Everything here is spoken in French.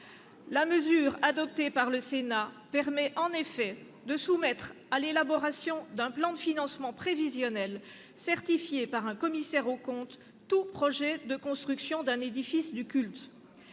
La mesure adoptée par le Sénat permet en effet de soumettre à l'élaboration d'un plan de financement prévisionnel certifié par un commissaire aux comptes tout projet de construction d'un édifice du culte.